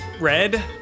Red